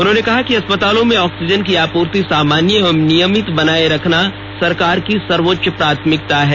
उन्होंने कहा कि अस्पतालों में ऑक्सीजन की आपूर्ति सामान्य एवं नियमित बनाए रखना सरकार की सर्वोच्च प्राथमिकता है